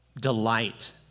delight